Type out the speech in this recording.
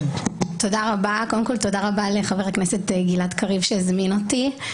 תודה רבה לחבר הכנסת גלעד קריב שהזמין אותי.